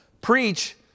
preach